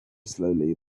slowly